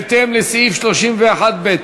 בהתאם לסעיף 31(ב)